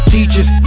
Teachers